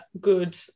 good